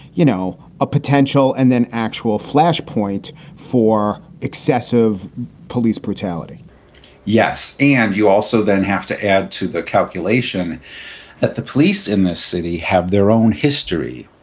you know, a potential and then actual flashpoint for excessive police brutality yes. and you also then have to add to the calculation that the police in this city have their own history.